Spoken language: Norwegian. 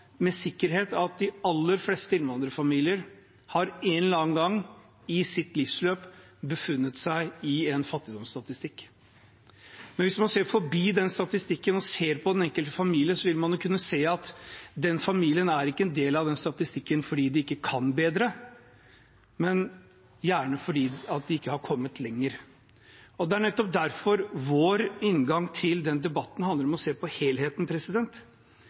de aller fleste innvandrerfamilier en eller annen gang i sitt livsløp har befunnet seg i en fattigdomsstatistikk. Men hvis man ser forbi den statistikken og ser på den enkelte familie, vil man kunne se at den familien ikke er en del av den statistikken fordi de ikke kan bedre, men gjerne fordi de ikke har kommet lenger. Det er nettopp derfor vår inngang til den debatten handler om å se på helheten.